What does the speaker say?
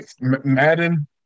Madden